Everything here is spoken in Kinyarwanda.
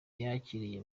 yakiriye